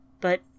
But